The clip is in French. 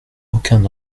aucun